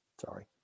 Sorry